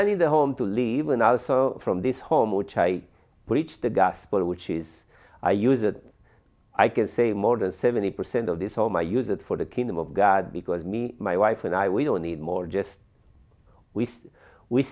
i need a home to live and also from this home which i preach the gospel which is i use it i can say more than seventy percent of this home i use it for the kingdom of god because me my wife and i we don't need more just we we